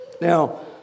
Now